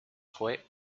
fue